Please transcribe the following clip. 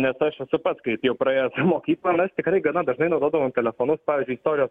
nes aš esu pats kaip jau praėjęs mokyklą mes tikrai gana dažnai naudodavom telefonus pavyzdžiui istorijos